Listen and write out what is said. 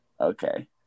Okay